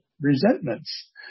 resentments